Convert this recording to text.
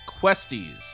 Questies